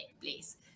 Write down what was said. please